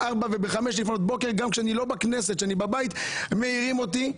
בארבע ובחמש לפנות בוקר כשאני בבית מעירים אותי.